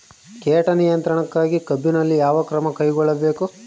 ಕೇಟ ನಿಯಂತ್ರಣಕ್ಕಾಗಿ ಕಬ್ಬಿನಲ್ಲಿ ಯಾವ ಕ್ರಮ ಕೈಗೊಳ್ಳಬೇಕು?